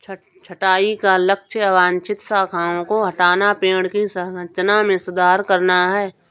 छंटाई का लक्ष्य अवांछित शाखाओं को हटाना, पेड़ की संरचना में सुधार करना है